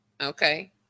okay